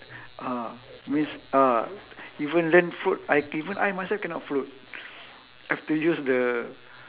ah means uh even learn float I even I myself cannot float I have to use the